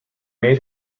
made